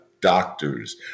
doctors